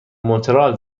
مونترال